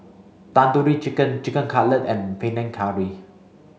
Tandoori Chicken Chicken Cutlet and Panang Curry